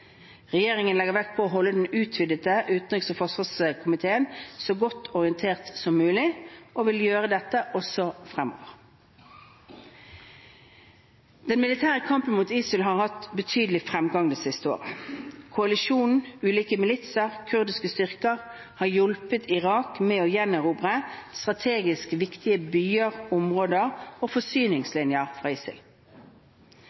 Regjeringen legger vekt på å holde den utvidede utenriks- og forsvarskomité så godt orientert som mulig og vil gjøre dette også fremover. Den militære kampen mot ISIL har hatt betydelig fremgang det siste året. Koalisjonen, ulike militser og kurdiske styrker har hjulpet Irak med å gjenerobre strategisk viktige byer, områder og